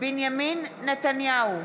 בנימין נתניהו,